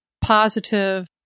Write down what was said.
positive